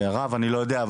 רב אני לא יודע,